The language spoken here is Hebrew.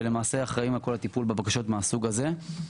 שלמעשה אחראים על כל הטיפול בבקשות מהסוג הזה.